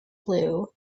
blue